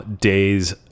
day's